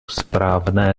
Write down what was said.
správné